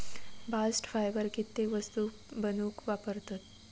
bast fibre कित्येक वस्तू बनवूक वापरतत